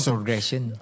progression